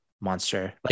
monster